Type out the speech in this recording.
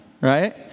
right